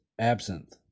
absinthe